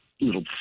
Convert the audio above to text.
little